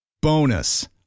Bonus